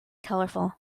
colorful